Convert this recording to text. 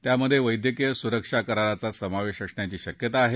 त्यात वैद्यकीय सुरक्षा कराराचा समावेश असण्याची शक्यता आहे